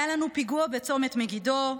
היה לנו פיגוע בצומת מגידו,